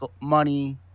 money